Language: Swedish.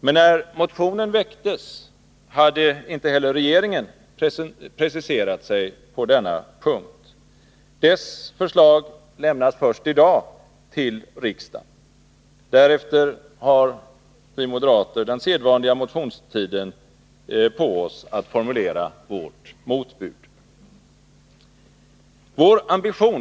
Men när motionen väcktes hade inte heller regeringen preciserat sig på denna punkt. Dess förslag lämnas först i dag till riksdagen. Därefter har vi moderater den sedvanliga motionstiden på oss att formulera vårt motbud.